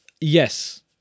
Yes